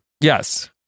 Yes